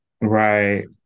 Right